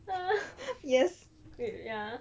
uh yes wait wait ah